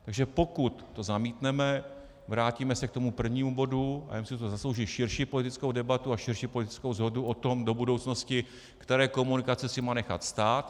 Takže pokud to zamítneme, vrátíme se k tomu prvnímu bodu, a já myslím, že si to zaslouží širší politickou debatu a širší politickou shodu o tom do budoucnosti, které komunikace si má nechat stát.